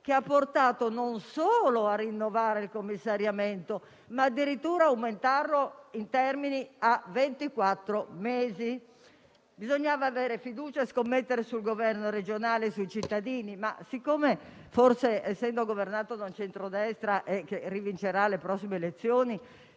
che ha portato non solo a rinnovare il commissariamento, ma addirittura ad aumentarne i termini a ventiquattro mesi. Bisognava avere fiducia e scommettere sul Governo regionale e sui cittadini, ma, forse, essendo un Governo di centrodestra - che vincerà nuovamente le prossime elezioni